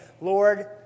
Lord